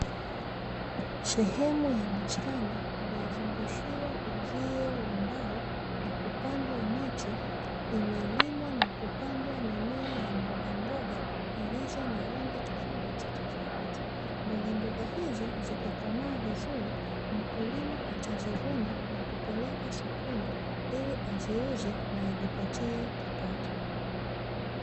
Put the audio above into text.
Sehemu ya bustani iliyozungushiwa uzio wa mbao na kupandwa miche, imelimwa na kupandwa mimea ya mbogamboga zilizo na rangi tofauti tofauti, mbogamboga hizi zikikomaa vizuri mkulima atazivuna na kupeleka sokoni ili aziuze na ajipatie kipato.